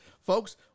Folks